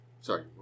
Sorry